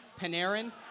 Panarin